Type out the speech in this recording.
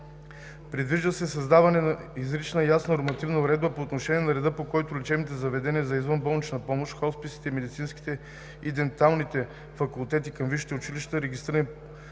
Предвижда се създаване на изрична и ясна нормативна уредба по отношение на реда, по който лечебните заведения за извънболнична помощ, хосписите, медицинските и денталните факултети към висшите училища, регистрирани